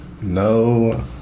no